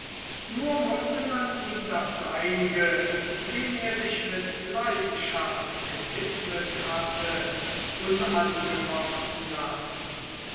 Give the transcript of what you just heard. nur mußte man ihm das seinige dem er sich mit leidenschaft gewidmet hatte unangefochten lassen